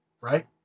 right